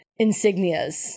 insignias